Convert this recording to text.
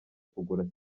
kugura